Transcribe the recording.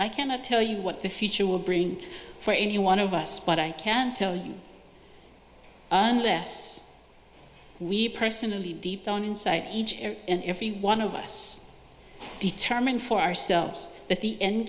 i cannot tell you what the future will bring for any one of us but i can tell you unless we personally deep down inside each and every one of us determine for ourselves if the end